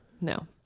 No